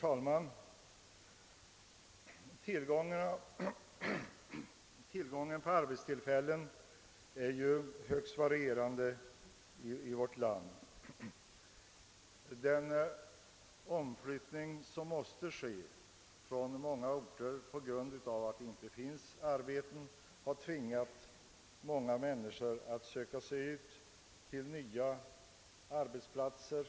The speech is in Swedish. Herr talman! Tillgången på arbetstillfällen är högst varierande på skilda orter i vårt land. Den utflyttning som måste ske från många orter på grund av att det inte finns arbeten där har tvingat många människor att söka sig nya arbetsplatser.